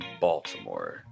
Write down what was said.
Baltimore